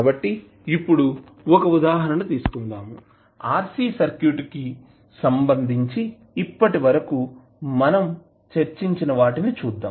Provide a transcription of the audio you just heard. కాబట్టి ఇప్పుడు ఒక ఉదాహరణ తీసుకుందాం మరియు RC సర్క్యూట్కు సంబంధించి ఇప్పటివరకు మనం చర్చించిన వాటిని చూద్దాం